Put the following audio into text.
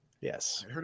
Yes